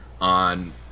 on